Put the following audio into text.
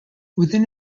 within